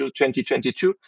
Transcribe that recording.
2022